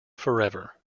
forever